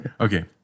Okay